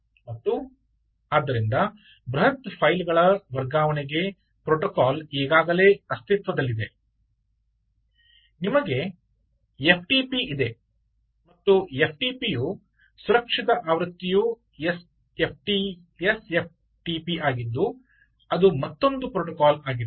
ಮತ್ತು ಆದ್ದರಿಂದ ಬೃಹತ್ ಫೈಲ್ಗಳ ವರ್ಗಾವಣೆಗೆ ಪ್ರೋಟೋಕಾಲ್ ಈಗಾಗಲೇ ಅಸ್ತಿತ್ವದಲ್ಲಿದೆ ನಿಮಗೆ ಎಫ್ಟಿಪಿ ಇದೆ ಮತ್ತು ಎಫ್ಟಿಪಿಯ ಸುರಕ್ಷಿತ ಆವೃತ್ತಿಯು ಎಸ್ಎಫ್ಟಿಪಿ ಆಗಿದ್ದು ಅದು ಮತ್ತೊಂದು ಪ್ರೋಟೋಕಾಲ್ ಆಗಿದೆ